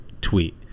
tweet